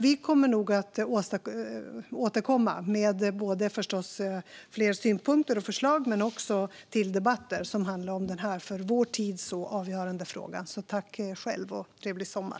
Vi kommer alltså säkert att återkomma, både med fler synpunkter och förslag och till debatter som handlar om denna för vår tid så avgörande fråga. Tack själv, och trevlig sommar!